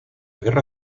guerra